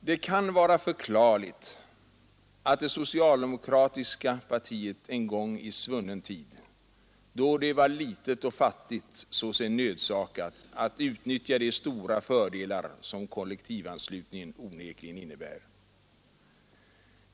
Det kan vara förklarligt att det socialdemokratiska partiet en gång i svunnen tid, då det var litet och fattigt, såg sig nödsakat att utnyttja de stora fördelar som kollektivanslutningen onekligen innebär.